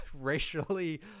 racially